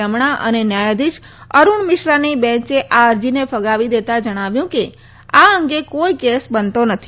રમણા અને ન્યાયાધીશ અરૂણ મિશ્રાની બેંચે આ અરજીને ફગાવી દેતા જણાવ્યું કે આ અંગે કોઇ કેસ બનતો નથી